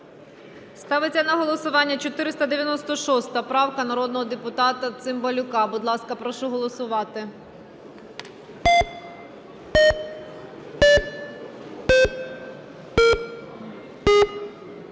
Ставиться на голосування 496 правка народного депутата Цимбалюка. Будь ласка, прошу голосувати.